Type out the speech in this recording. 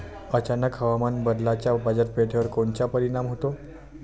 अचानक हवामान बदलाचा बाजारपेठेवर कोनचा परिणाम होतो?